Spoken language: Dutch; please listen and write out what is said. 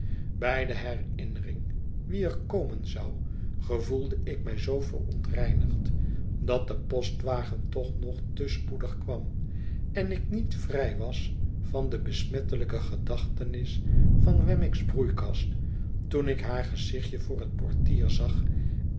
de herinnering wie er komen zou gevoelde ik mij zoo verontreinigd dat de postwagen toch nog tespoedig kwam en ik niet vrij was van de besmettelijke gedachtenis van wernmick's broeikas toen ik haar gezichtje voor het portier zag